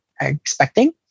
expecting